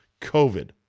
COVID